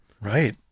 Right